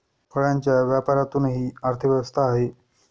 फळांच्या व्यापारातूनही अर्थव्यवस्था आहे